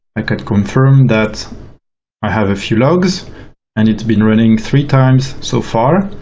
i can confirm that i have a few logs and it's been running three times so far.